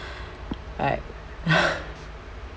right